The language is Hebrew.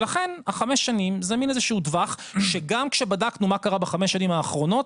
לכן חמש שנים זה טווח שגם כשבדקנו מה קרה בחמש השנים האחרונות